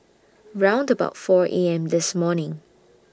round about four A M This morning